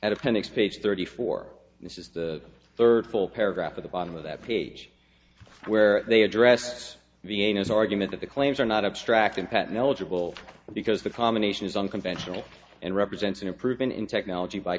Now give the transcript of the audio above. at appendix page thirty four this is the third full paragraph at the bottom of that page where they address the anus argument that the claims are not abstract and patent eligible because the combination is unconventional and represents an improvement in technology by